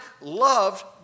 loved